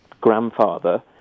grandfather